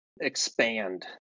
expand